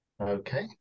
Okay